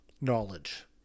knowledge